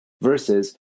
versus